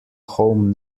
home